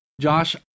Josh